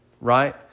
right